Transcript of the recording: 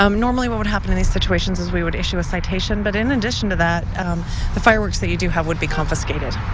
um normally, what would happen in these situations is we would issue a citation, but in addition to that the fireworks that you do have would be confiscated.